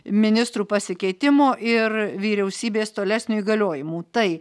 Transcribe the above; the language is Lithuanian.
ministrų pasikeitimo ir vyriausybės tolesnių įgaliojimų tai